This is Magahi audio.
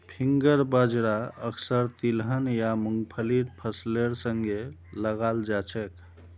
फिंगर बाजरा अक्सर तिलहन या मुंगफलीर फसलेर संगे लगाल जाछेक